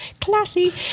classy